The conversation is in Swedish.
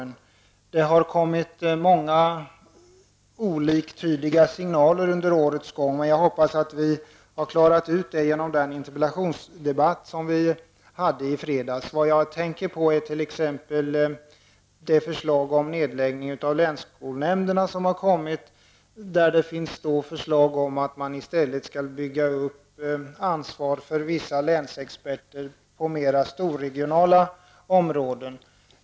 Under årets gång har det kommit många oliktydiga signaler, men jag hoppas att det har klarats ut genom fredagens interpellationsdebatt. Jag avser då det förslag om nedläggning av länsskolnämnderna som har framlagts. Förslaget går ut på att man i stället skall bygga ut ansvaret för vissa länsexperter och utvidga detta till att omfatta storregionala områden.